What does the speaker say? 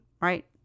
right